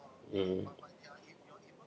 mm